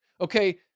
Okay